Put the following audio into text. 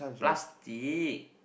plastic